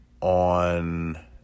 on